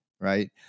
right